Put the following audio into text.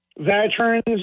veterans